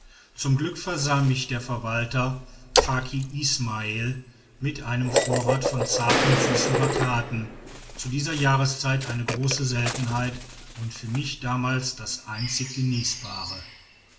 zum glück versah mich der verwalter faki ismael mit einem vorrat von zarten süßen bataten zu dieser jahreszeit eine große seltenheit und für mich damals das einzige genießbare